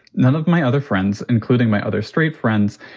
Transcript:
none of my other friends, including my other straight friends,